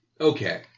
Okay